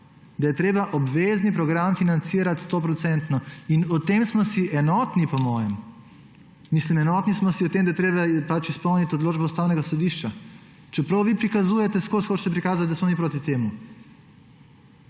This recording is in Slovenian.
da je treba obvezni program financirati 100 %. In v tem smo si enotni, po mojem. Mislim, enotni smo si v tem, da je treba izpolniti odločbo Ustavnega sodišča. Čeprav hočete vi ves čas prikazati, da smo mi proti temu.